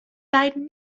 beiden